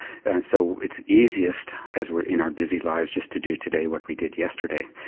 and so it's easiest as we're in our busy lives just to do today what we did yesterday.